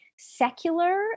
secular